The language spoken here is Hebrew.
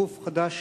גוף חדש,